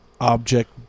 object